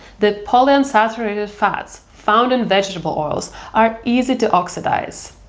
the polyunsaturated fats found in vegetable oils are easy to oxidize.